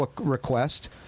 request